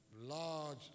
large